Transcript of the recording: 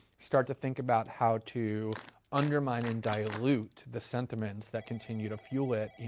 start to think about how to undermine and dilute the sentiments that continue to fuel it, you